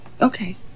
Okay